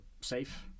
safe